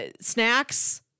Snacks